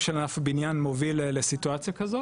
ענף הבניין לא כולל חברות ביצוע,